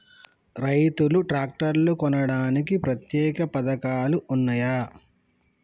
రైతులు ట్రాక్టర్లు కొనడానికి ప్రత్యేక పథకాలు ఉన్నయా?